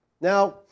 Now